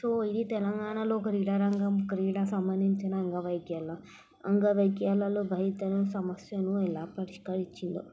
so ఇది తెలంగాణలో క్రీడారంగం క్రీడ సంబంధించిన అంగవైక్యాలు అంగవైక్యలలో బహితర సమస్యలు ఎలా పరిష్కరించిందో